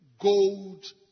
Gold